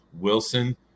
Wilson –